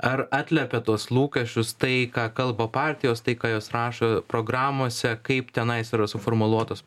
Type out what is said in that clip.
ar atliepia tuos lūkesčius tai ką kalba partijos tai ką jos rašo programose kaip tenais yra suformuluotos